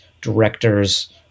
directors